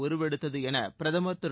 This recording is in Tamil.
உருவெடுத்தது என பிரதமர் திரு